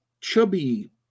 chubby